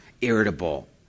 irritable